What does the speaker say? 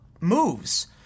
moves